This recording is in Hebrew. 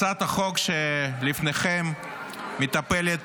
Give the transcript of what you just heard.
הצעת החוק שלפניכם מטפלת